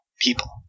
people